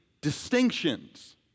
distinctions